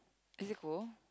is it cold